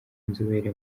inzobere